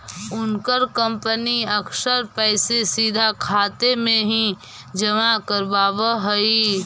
उनकर कंपनी अक्सर पैसे सीधा खाते में ही जमा करवाव हई